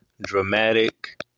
dramatic